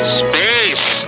space